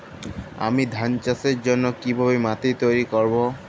আমি ধান চাষের জন্য কি ভাবে মাটি তৈরী করব?